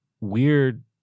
weird